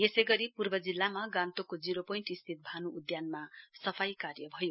यसै गरी पूर्व जिल्लामा गान्तोकको जिरोपोइण्ट स्थित भानु उद्यानमा सफाई कार्यभयो